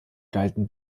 galten